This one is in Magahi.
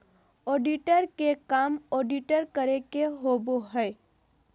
ऑडिटर के काम ऑडिट करे के होबो हइ